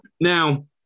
Now